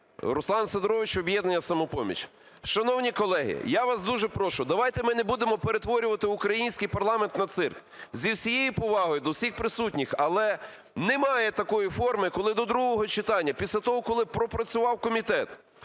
Руслан Сидорович, "Об'єднання "Самопоміч". Шановні колеги, я вас дуже прошу, давайте ми не будемо перетворювати український парламент на цирк. Зі всією повагою до всіх присутніх, але немає такої форми, коли до другого читання після того, коли пропрацював комітет,